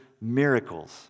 miracles